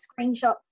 screenshots